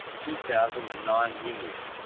two thousand and nine winners